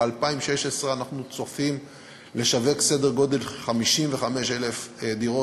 ב-2016 אנחנו צופים לשווק סדר גודל של 55,000 דירות,